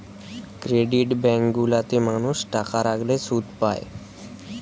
credit bank গুলা তে মানুষ টাকা রাখলে শুধ পায়